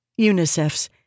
UNICEF's